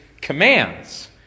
commands